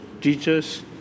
teachers